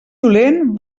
dolent